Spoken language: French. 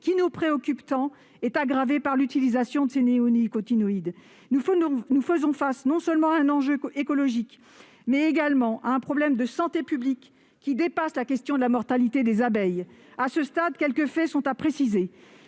qui nous préoccupe tant, est aggravé par l'utilisation de ces néonicotinoïdes. Nous faisons face non seulement à un enjeu écologique, mais également à un problème de santé publique, dépassant la question de la mortalité des abeilles. À ce stade, quelques faits doivent être précisés.